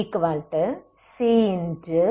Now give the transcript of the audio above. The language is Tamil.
dxctdt|t0dc1xdx